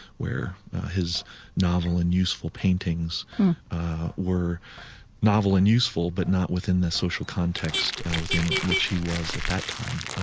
where his novel and useful paintings were novel and useful, but not within the social context within which he was at that time.